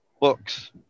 books